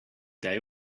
day